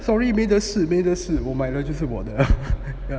sorry 没得试没得试我买的就是我